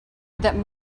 that